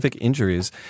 injuries